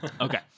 Okay